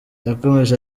yakomeje